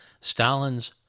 Stalin's